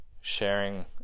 sharing